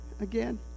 again